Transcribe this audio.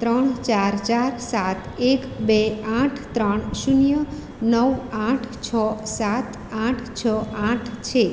ત્રણ ચાર ચાર સાત એક બે આઠ ત્રણ શૂન્ય નવ આઠ છ સાત આઠ છ આઠ છે